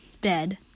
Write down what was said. bed